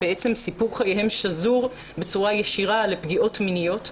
סיפור חייהם שזור בצורה ישירה בפגיעות מיניות.